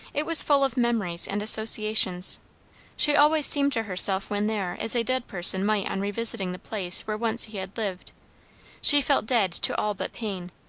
it was full of memories and associations she always seemed to herself when there as a dead person might on revisiting the place where once he had lived she felt dead to all but pain,